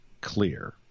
clear